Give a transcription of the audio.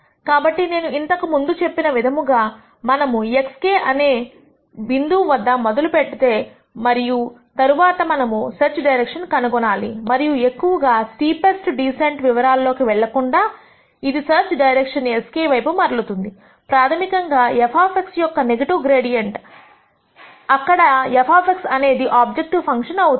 కాబట్టి నేను ఇంతకుముందు చెప్పిన విధముగా మనము xk అనే బిందువు వద్ద మొదలు పెడితే మరియు తరువాత మనము ఒక సెర్చ్ డైరెక్షన్ ను కనుగొనాలి మరియు ఎక్కువగా గా స్టీపెస్ట్ డీసెంట్ వివరాలలోకి వెళ్లకుండా ఇది సెర్చ్ డైరెక్షన్ sk వైపు మరలుతుంది ప్రాథమికంగా f యొక్క నెగిటివ్ గ్రేడియంట్ అక్కడ f అనేది ఆబ్జెక్టివ్ ఫంక్షన్ అవుతుంది